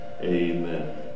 Amen